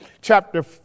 chapter